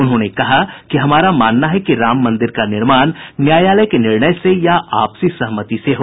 उन्होंने कहा कि हमारा मानना है कि राम मंदिर का निर्माण न्यायालय के निर्णय से या आपसी सहमति से हो